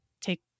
take